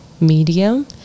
medium